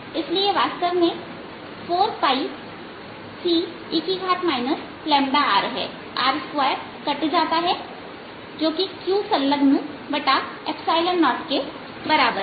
इसलिए वास्तव में 4ce rहै r2 कट जाता है जो Qसंलग्न0के बराबर है